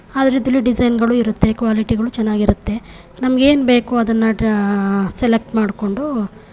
ಆದರೆ ಇದರಲ್ಲಿ ಡಿಝೈನ್ಗಳು ಇರುತ್ತೆ ಕ್ವಾಲಿಟಿಗಳು ಚೆನ್ನಾಗಿರುತ್ತೆ ನಮಗೆ ಏನು ಬೇಕು ಅದನ್ನು ಸೆಲೆಕ್ಟ್ ಮಾಡಿಕೊಂಡು